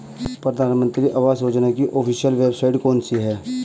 प्रधानमंत्री आवास योजना की ऑफिशियल वेबसाइट कौन सी है?